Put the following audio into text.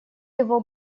его